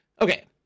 Okay